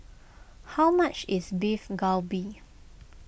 how much is Beef Galbi